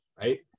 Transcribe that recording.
right